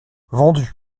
vendus